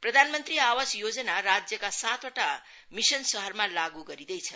प्रधान मंत्री आवास योजना राज्यका सातवटा मिसन शहरमा लागू गरिन्दैछ